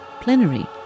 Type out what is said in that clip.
Plenary